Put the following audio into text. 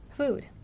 Food